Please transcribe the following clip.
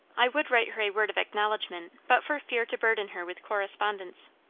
i would write her a word of acknowledgment but for fear to burden her with correspondence.